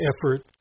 effort